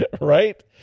Right